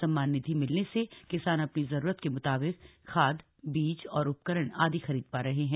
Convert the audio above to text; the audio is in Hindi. सम्मान निधि मिलने से किसान अपनी जरूरत के मुताबिक खाद बीज और उपकरण आदि खरीद पा रहे हैं